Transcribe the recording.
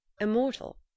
immortal